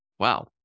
Wow